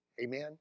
Amen